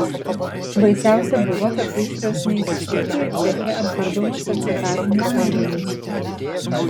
baisiausia buvo kad gaisras neįsisuktų į ceche apdirbamus acetatinius audinius